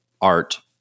art